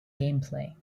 gameplay